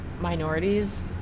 minorities